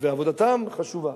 ועבודתם חשובה.